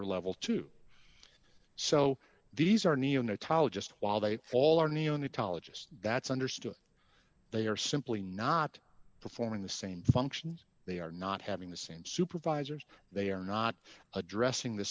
or level two so these are neo natal just while they all are neo natal that's understood they are simply not performing the same functions they are not having the same supervisors they are not addressing the